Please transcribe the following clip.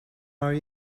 are